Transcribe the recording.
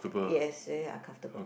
yes very uncomfortable